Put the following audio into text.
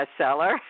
bestseller